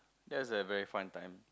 that was a very fun time